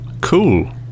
cool